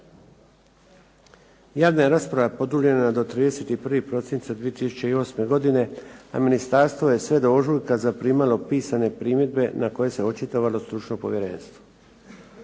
Javna je rasprava produljena do 31. prosinca 2008. godine, a ministarstvo je sve do ožujka zaprimalo pisane primjedbe na koje se očitovalo stručno povjerenstvo.